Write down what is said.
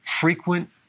frequent